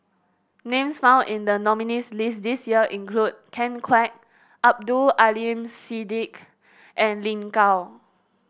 names found in the nominees' list this year include Ken Kwek Abdul Aleem Siddique and Lin Gao